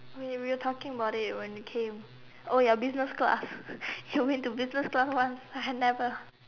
oh you were talking about it when you came oh you're business class you been to business class once I remember